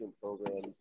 programs